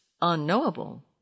unknowable